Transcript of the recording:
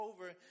over